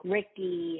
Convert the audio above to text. Ricky